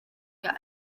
gael